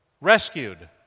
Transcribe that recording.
rescued